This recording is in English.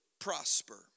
prosper